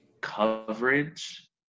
coverage